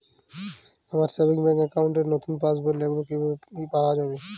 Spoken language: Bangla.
আমার সেভিংস অ্যাকাউন্ট র নতুন পাসবই লাগবে, কিভাবে পাওয়া যাবে?